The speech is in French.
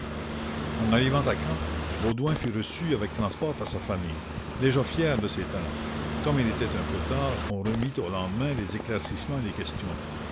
en arrivant à caen baudouin fut reçu avec transport par sa famille déjà fière de ses talens comme il était un peu tard on remit au lendemain les éclaircissemens et les questions